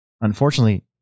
unfortunately